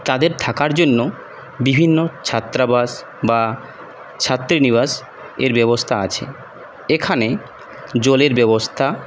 তাদের থাকার জন্য বিভিন্ন ছাত্রাবাস বা ছাত্রীনিবাসের ব্যবস্থা আছে এখানে জলের ব্যবস্থা